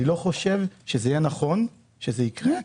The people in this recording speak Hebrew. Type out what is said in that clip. אני לא חושב שזה יהיה נכון שזה יקרה,